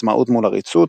עצמאות מול עריצות,